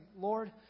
Lord